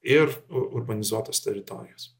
ir ur urbanizuotos teritorijos